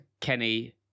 Kenny